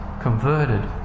converted